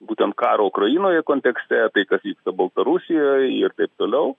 būtent karo ukrainoje kontekste tai kad baltarusijoje ir taip toliau